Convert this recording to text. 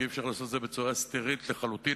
כי אי-אפשר לעשות את זה בצורה סטרילית לחלוטין,